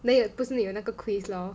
then 有不是你有那个 quiz lor